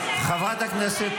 מעוניינת להשיב, חברת הכנסת לזימי?